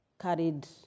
carried